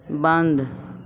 बन्द